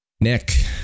Nick